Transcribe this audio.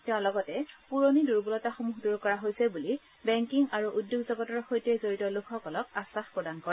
তেওঁ লগতে পুৰণি দুৰ্বলতাসমূহ দূৰ কৰা হৈছে বুলি বেংকিং আৰ উদ্যোগ জগতৰ সৈতে জড়িত লোকসকলক আশ্বাস প্ৰদান কৰে